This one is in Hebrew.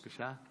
בבקשה.